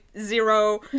zero